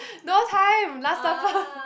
no time last supper